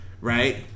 right